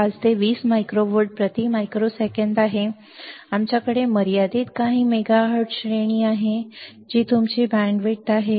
5 ते 20 micro volt प्रति मायक्रोसेकंद आहे आमच्याकडे मर्यादित काही मेगाहर्ट्झ श्रेणी आहे जी तुमची बँडविड्थ आहे